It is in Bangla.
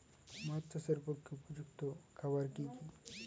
মাছ চাষের পক্ষে উপযুক্ত খাবার কি কি?